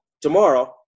Tomorrow